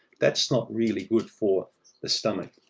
that's not really good for the stomach.